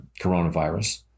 coronavirus